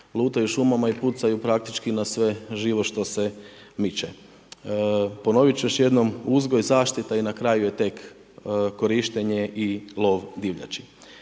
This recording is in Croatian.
lutaju šumama i pucaju praktički na sve živo što se miče. Ponovit ću još jednom uzgoj, zaštita i na kraju je tek korištenje i lov divljači.